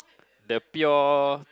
the pure